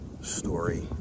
story